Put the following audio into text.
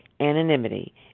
anonymity